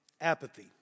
apathy